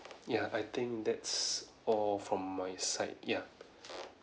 ya I think that's all from my side ya